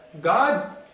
God